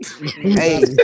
Hey